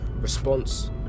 response